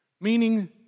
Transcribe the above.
meaning